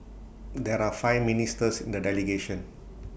there are five ministers in the delegation